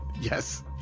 Yes